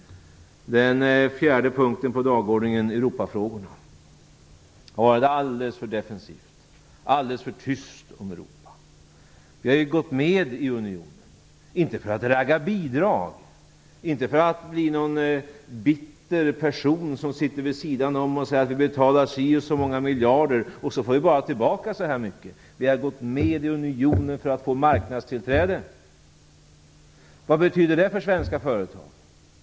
Den fjärde punkten på dagordningen är Europafrågorna. Det har varit alldeles för defensivt och tyst om Europa: Vi har ju gått med i unionen - inte för att ragga bidrag, inte för att bli som en bitter person som sitter vid sidan om och säger att vi betalar si och så många miljarder, men får bara si och så mycket tillbaka. Vi har gått med i unionen för att få marknadstillträde. Vad betyder det för svenska företag?